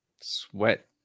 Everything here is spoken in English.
sweat